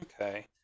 Okay